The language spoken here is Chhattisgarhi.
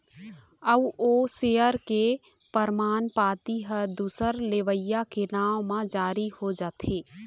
अउ ओ सेयर के परमान पाती ह दूसर लेवइया के नांव म जारी हो जाथे